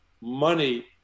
money